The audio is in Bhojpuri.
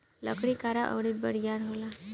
लकड़ी कड़ा अउर बरियार होला